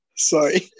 Sorry